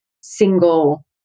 single